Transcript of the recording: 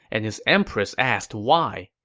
and his empress asked why.